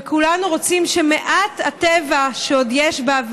וכולנו רוצים שמעט הטבע שעוד יש בה,